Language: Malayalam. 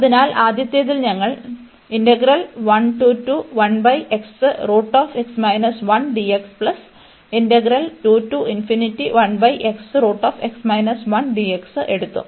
അതിനാൽ ആദ്യത്തേതിൽ ഞങ്ങൾ എടുത്തു